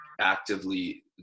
actively